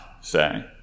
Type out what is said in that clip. say